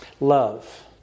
love